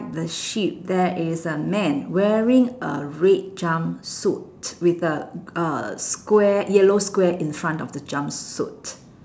the sheep there is a man wearing a red jumpsuit with a uh square yellow square in front of the jumpsuit